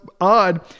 odd